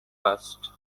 fast